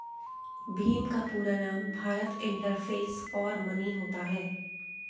भीम का पूरा नाम भारत इंटरफेस फॉर मनी होता है